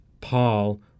Paul